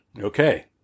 Okay